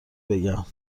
بگم